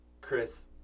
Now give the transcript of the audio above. Chris